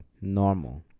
normal